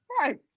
right